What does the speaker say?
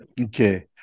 Okay